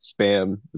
spam